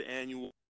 annual